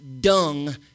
dung